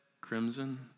crimson